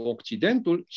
Occidentul